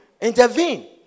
Intervene